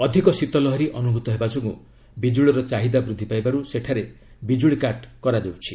ଅଧିକ ଶୀତ ଲହରୀ ଅନୁଭୂତ ହେବାଯୋଗୁଁ ବିଜ୍ଜୁଳିର ଚାହିଦା ବୃଦ୍ଧି ପାଇବାରୁ ସେଠାରେ ବିଜ୍ଜୁଳିକାଟ୍ କରାଯାଉଛି